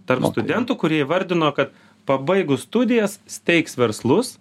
tarp studentų kurie įvardino kad pabaigus studijas steigs verslus